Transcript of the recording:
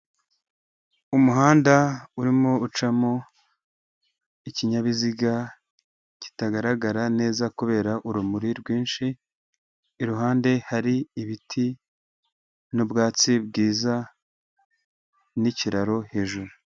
Umuhanda urimo ucamo ikinyabiziga kitagaragara neza kubera urumuri rwinshi, iruhande hari ibiti n'ubwatsi bwiza n'ikiraro hejuru.